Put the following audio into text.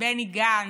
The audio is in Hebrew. בני גנץ,